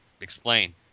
explain